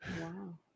wow